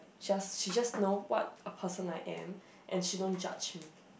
just she just know what person I am and she don't judge me